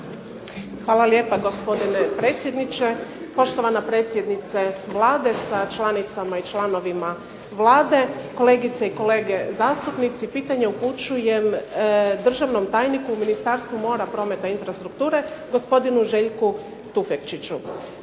Hvala lijepa gospodine predsjedniče. Poštovana predsjednice Vlade sa članicama i članovima Vlade, kolegice i kolege zastupnici. Pitanje upućujem državnom tajniku u Ministarstvu mora, prometa i infrastrukture gospodinu Željku Tufekčiću.